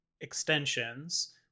extensions